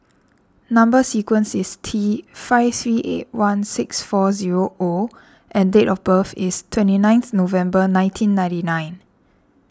Number Sequence is T five three eight one six four zero O and date of birth is twenty ninth November nineteen ninety nine